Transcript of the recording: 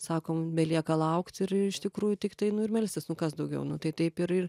sakom belieka laukt ir iš tikrųjų tiktai nu ir melstis nu kas daugiau nu tai taip ir ir